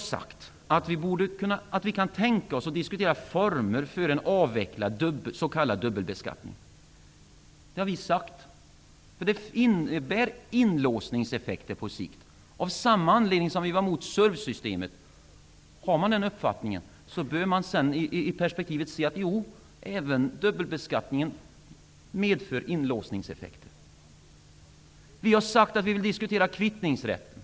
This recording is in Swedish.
Vidare har vi sagt att vi kan tänka oss att diskutera formerna för en avvecklad s.k. dubbelbeskattning, vilken på sikt innebär inlåsningseffekter. Av samma anledning var vi mot SURV-systemet. Om man har den uppfattningen bör man i detta perspektiv se att även dubbelbeskattningen medför inlåsningseffekter. Vi har också sagt att vi vill diskutera kvittningsrätten.